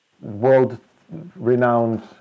world-renowned